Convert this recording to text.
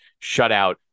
shutout